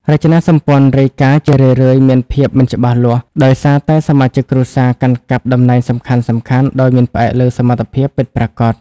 រចនាសម្ព័ន្ធរាយការណ៍ជារឿយៗមានភាពមិនច្បាស់លាស់ ដោយសារតែសមាជិកគ្រួសារកាន់កាប់តំណែងសំខាន់ៗដោយមិនផ្អែកលើសមត្ថភាពពិតប្រាកដ។